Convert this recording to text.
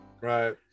right